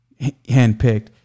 handpicked